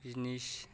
business